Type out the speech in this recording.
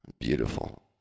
beautiful